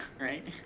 right